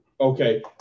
Okay